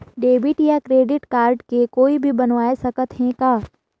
Debit या credit card के कोई भी बनवाय सकत है का?